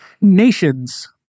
nations